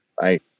Bye